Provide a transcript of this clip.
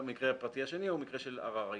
המקרה הפרטי השני הוא מקרה של עררים,